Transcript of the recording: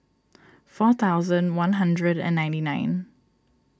four thousand one hundred and ninety nine